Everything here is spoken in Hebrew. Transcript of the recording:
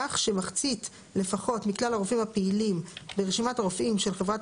כך שמחצית לפחות מכלל הרופאים הפעילים ברשימת הרופאים של חברת